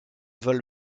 vole